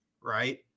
right